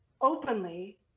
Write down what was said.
openly